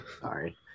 Sorry